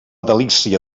delícia